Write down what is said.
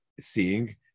seeing